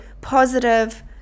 positive